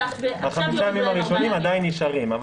בחמישה ימים הראשונים עדיין נשארים אבל